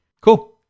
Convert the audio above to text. cool